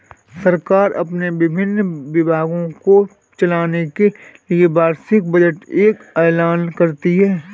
सरकार अपने विभिन्न विभागों को चलाने के लिए वार्षिक बजट का ऐलान करती है